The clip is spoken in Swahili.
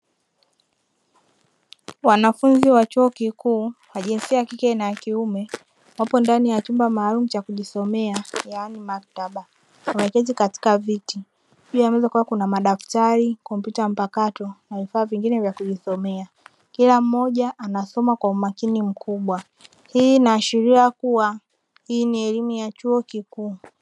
Wanafunzi wa chuo kikuu wa jinsia ya kikie na ya kiume, wapo ndani ya chumba maalum cha kujisomea yaani maktaba. Wameketi katika viti pia juu ya meza kuna; madaftari, komputer mpakato na vifaa vingine vya kujisomea. Kila mmoja anasoma kwa umakini mkubwa hii inaashiria kuwa hii ni elimu ya chuo kikuu.